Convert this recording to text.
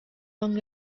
long